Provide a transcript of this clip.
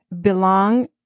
belong